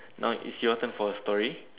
now it's your turn for a story